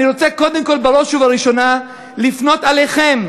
אני רוצה קודם כול, בראש ובראשונה, לפנות אליכם,